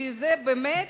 כי זה באמת,